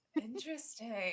Interesting